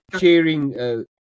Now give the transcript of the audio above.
sharing